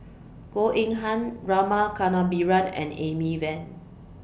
Goh Eng Han Rama Kannabiran and Amy Van